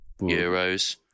euros